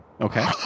Okay